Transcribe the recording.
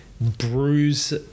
bruise –